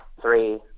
three